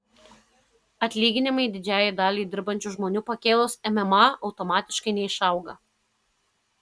atlyginimai didžiajai daliai dirbančių žmonių pakėlus mma automatiškai neišauga